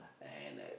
and at